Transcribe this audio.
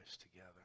together